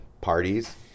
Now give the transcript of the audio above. parties